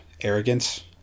arrogance